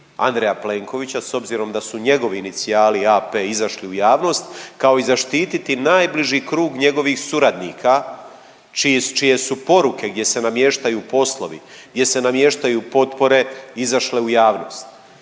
Andreja Plenkovića s obzirom da su njegovi inicijali A.P. izašli u javnost kao i zaštititi najbliži krug njegovih suradnika čije su poruke gdje se namještaju poslovi, gdje se namještaju potpore izašle u javnost.